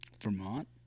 Vermont